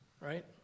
right